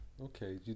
Okay